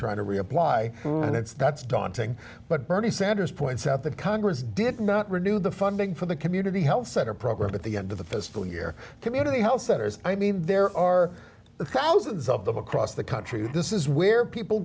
try to reapply and it's that's daunting but bernie sanders points out that congress did not renew the funding for the community health center program at the end of the fiscal year community health centers i mean there are thousands of them across the country this is where people